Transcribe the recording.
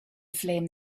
flame